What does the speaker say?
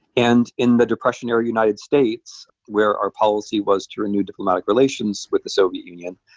and in the depression era united states where our policy was to renew diplomatic relations with the soviet union,